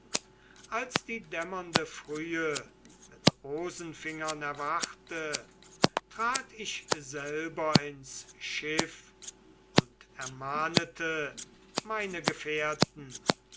als die dämmernde frühe mit rosenfingern erwachte trat ich selber ins schiff und ermahnete meine gefährten